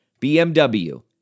BMW